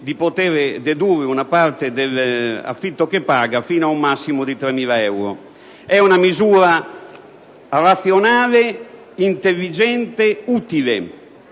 di dedurre una parte dell'affitto che paga fino ad un massimo di 3.000 euro. È una misura razionale, intelligente, utile.